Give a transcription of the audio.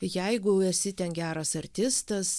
jeigu esi ten geras artistas